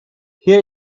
hier